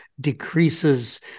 decreases